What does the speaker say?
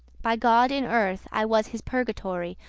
by god, in earth i was his purgatory,